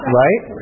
right